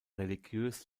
religiös